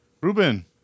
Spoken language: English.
Ruben